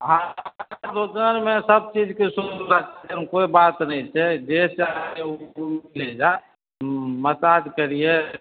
हँ दोकानमे सबचीजके सुबिधा छै ओहिमे कोइ बात नहि छै जे चाहबै मिलेगा मसाज केलिये